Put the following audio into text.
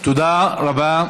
תודה רבה.